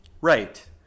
right